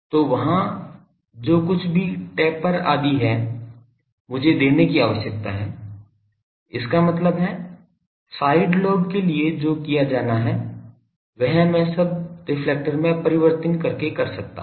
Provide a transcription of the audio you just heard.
तो वहाँ जो कुछ भी टेपर आदि है मुझे देने की आवश्यकता है इसका मतलब है साइड लोब के लिए जो किया जाना है वह मैं सब रेफ्लेक्टर् में परिवर्तन करके कर सकता हूं